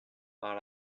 par